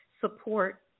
support